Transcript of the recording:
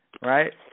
Right